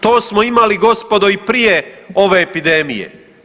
To smo imali gospodo i prije ove epidemije.